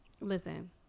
Listen